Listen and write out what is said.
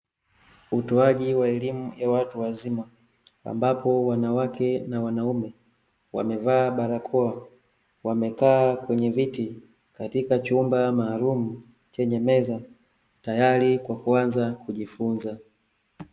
Utoaji wa elimu ya watu wazima, ambapo wanawake na wanaume, wamevaa barakoa, wamekaa kwenye viti, katika chumba maalumu, chenye meza, tayari kwa kuanza kujifunza.